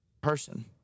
person